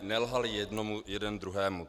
Nelhali jednomu, jeden druhému.